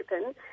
open